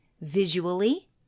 visually